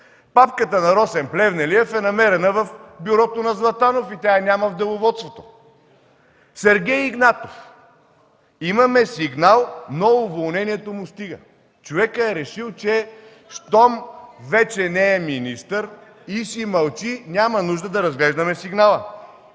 Папката на Росен Плевнелиев е намерена в бюрото на Златанов, няма я в деловодството!? Сергей Игнатов – „имаме сигнал, но уволнението му стига”. Човекът е решил, че щом вече не е министър и си мълчи няма нужда да разглеждаме сигнала.